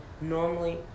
normally